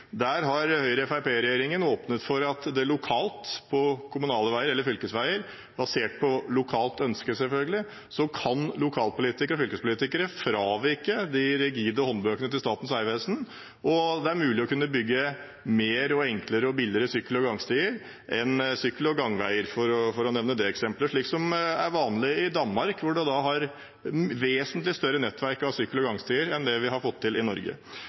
Der har Høyre–Fremskrittspartiet-regjeringen åpnet for at lokalpolitikere og fylkespolitikere, selvfølgelig basert på lokalt ønske, kan fravike de rigide håndbøkene til Statens vegvesen når det gjelder kommunale veier eller fylkesveier, og det er mulig å kunne bygge flere, enklere og billigere sykkelstier og gangveier. Det er vanlig i Danmark, hvor man har et vesentlig større nettverk av sykkelstier og gangveier enn vi har fått til i Norge.